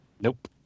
Nope